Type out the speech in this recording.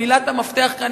מילת המפתח כאן,